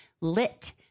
Lit